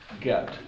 get